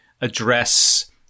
address